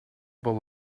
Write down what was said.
able